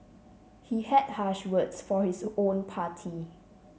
he had harsh words for his own party